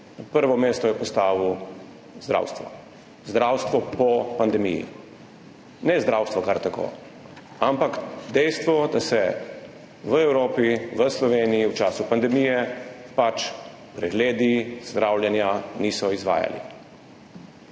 prvo mesto je postavil zdravstvo, zdravstvo po pandemiji. Ne zdravstvo kar tako, ampak dejstvo, da se v Evropi, v Sloveniji v času pandemije pač pregledi, zdravljenja niso izvajali.